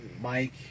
Mike